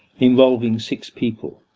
involving six people,